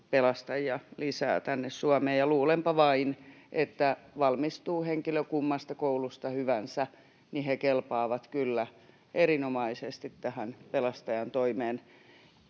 pelastajia lisää tänne Suomeen. Luulenpa vain, että valmistuu henkilö kummasta koulusta hyvänsä, niin hän kelpaa kyllä erinomaisesti tähän pelastajan toimeen